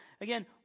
Again